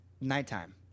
nighttime